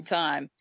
time